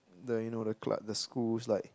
the you know the club the school's like